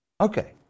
Okay